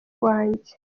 wanjye